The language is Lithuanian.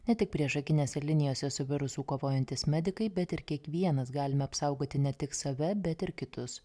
ne tik priešakinėse linijose su virusu kovojantys medikai bet ir kiekvienas galime apsaugoti ne tik save bet ir kitus